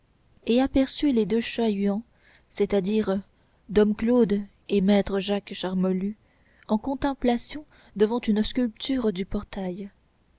et aperçut les deux chats-huants c'est-à-dire dom claude et maître jacques charmolue en contemplation devant une sculpture du portail